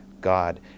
God